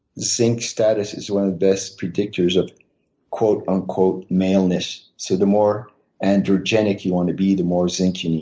zinc status is one of the best predictors of quote-unquote maleness. so the more androgenic you want to be, the more zinc you need.